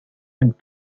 and